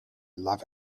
love